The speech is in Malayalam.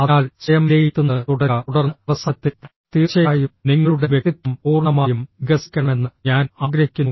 അതിനാൽ സ്വയം വിലയിരുത്തുന്നത് തുടരുക തുടർന്ന് അവസാനത്തിൽ തീർച്ചയായും നിങ്ങളുടെ വ്യക്തിത്വം പൂർണ്ണമായും വികസിക്കണമെന്ന് ഞാൻ ആഗ്രഹിക്കുന്നു